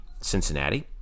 Cincinnati